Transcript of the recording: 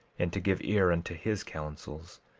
and to give ear unto his counsels,